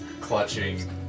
Clutching